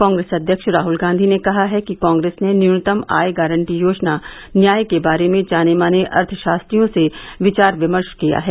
कांग्रेस अध्यक्ष राहुल गांधी ने कहा है कि कांग्रेस ने न्यूनतम आय गारंटी योजना न्याय के बारे में जाने माने अर्थशास्त्रियों से विचार विमर्श किया है